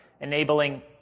enabling